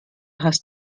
hast